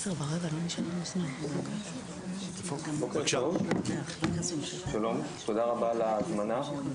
בוקר טוב, שלום תודה רבה על ההזמנה.